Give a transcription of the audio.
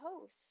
host